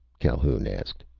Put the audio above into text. calhoun asked.